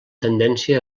tendència